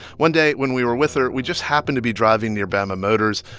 one day when we were with her, we just happened to be driving near bama motors,